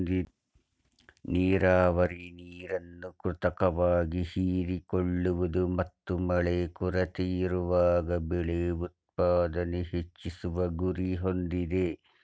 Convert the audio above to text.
ನೀರಾವರಿ ನೀರನ್ನು ಕೃತಕವಾಗಿ ಹೀರಿಕೊಳ್ಳುವುದು ಮತ್ತು ಮಳೆ ಕೊರತೆಯಿರುವಾಗ ಬೆಳೆ ಉತ್ಪಾದನೆ ಹೆಚ್ಚಿಸುವ ಗುರಿ ಹೊಂದಿದೆ